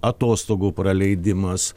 atostogų praleidimas